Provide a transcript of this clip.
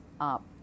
up